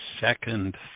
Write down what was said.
second